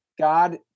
God